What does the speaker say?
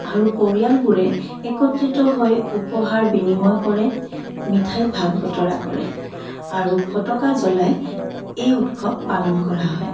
আৰু পৰিয়ালবোৰে একত্ৰিত হৈ উপহাৰ বিনিময় কৰে মিঠাই ভাগ বতৰা কৰে আৰু ফটকা জ্বলাই এই উৎসৱ পালন কৰা হয়